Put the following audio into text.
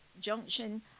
junction